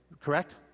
correct